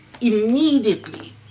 immediately